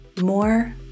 more